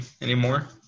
anymore